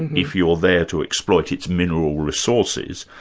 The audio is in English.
and if you're there to exploit its mineral resources,